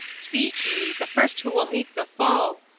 speak ye, the first who will meet the foe!